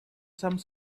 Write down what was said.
some